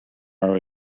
are